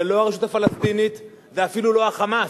זה לא הרשות הפלסטינית, זה אפילו לא ה"חמאס",